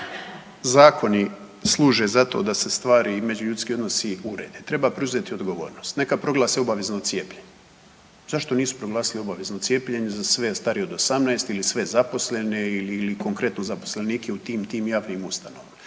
zakoni služe zato da se stvari i međuljudski odnosi urede. Treba preuzeti odgovornost. Neka proglase obavezno cijepljenje. Zašto nisu proglasili obavezno cijepljenje za sve starije od 18 ili sve zaposlene ili konkretno zaposlenike u tim, tim javnim ustanovama?